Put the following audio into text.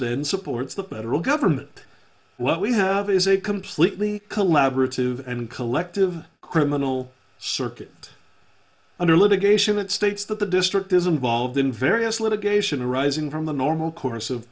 then supports the federal government what we have is a completely collaborative and collective criminal circuit under litigation that states that the district is involved in various litigation arising from the normal course of